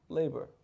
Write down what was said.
labor